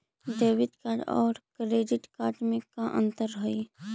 Debit और credit card में का अंतर हइ?